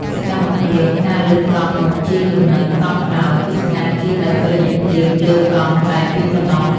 សកម្មភាព ការលើកកង់មុខជិះលំនឹងកង់ក្រោយ គឺជាការជិះដោយតុល្យភាពលើកង់តែពីរប៉ុណ្ណោះ។